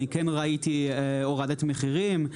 אני כן ראיתי הורדת מחירים,